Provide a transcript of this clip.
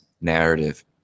narrative